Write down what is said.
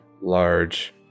large